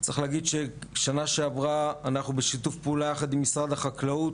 צריך להגיד שבשנה שעברה אנחנו בשיתוף פעולה ביחד עם משרד החקלאות,